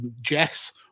jess